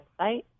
website